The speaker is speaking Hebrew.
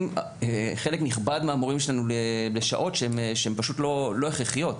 חלק נכבד מהמורים שלנו לשעות שהם לא הכרחיות.